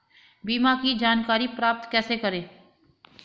बीमा की जानकारी प्राप्त कैसे करें?